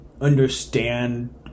understand